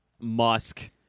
Musk